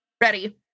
Ready